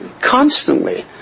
constantly